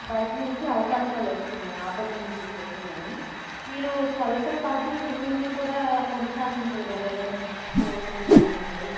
బయట నుంచి అవకాశాలు వస్తున్నాయి ఆపర్చునిటీస్ వస్తున్నాయి మీరు చదువుతో పాటు సింగింగ్ని కూడా కొనసాగించగలరని కోరుకుంటున్నాను అండి